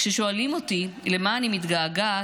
כששואלים אותי למה אני מתגעגעת,